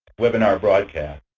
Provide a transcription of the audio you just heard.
webinar broadcast.